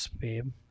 babe